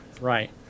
Right